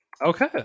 Okay